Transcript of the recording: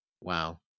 Wow